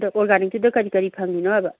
ꯑꯗ ꯑꯣꯔꯒꯥꯅꯤꯛꯀꯤꯗꯣ ꯀꯔꯤ ꯀꯔꯤ ꯐꯪꯉꯤꯅꯣ ꯍꯥꯏꯕ